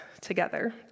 together